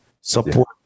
support